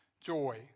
joy